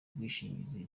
ubwishingizi